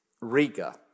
Riga